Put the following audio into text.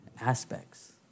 aspects